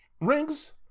rings